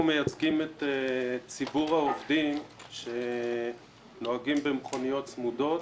אנחנו מייצגים את ציבור העובדים שנוהגים במכוניות צמודות